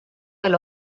del